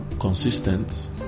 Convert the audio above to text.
consistent